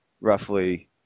roughly